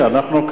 את